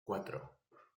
cuatro